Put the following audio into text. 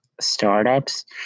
startups